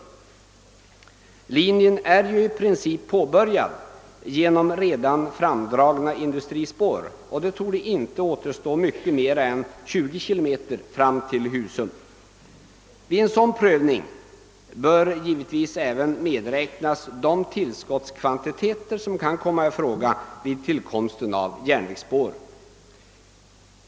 Linjen är i princip påbörjad i och med att industrispår redan lagts ut, och det torde inte återstå mer än 20 kilometer fram till Husum. Vid en sådan prövning bör givetvis även medräknas de tillskottskvantiteter som kan bli aktuella vid tillkomsten av järnvägsspår.